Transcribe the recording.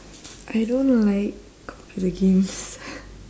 I don't like computer games